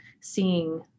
seeing